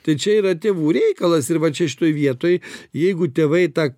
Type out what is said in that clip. tai čia yra tėvų reikalas ir va čia šitoj vietoj jeigu tėvai ta